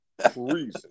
Freezing